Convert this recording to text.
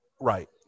Right